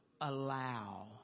allow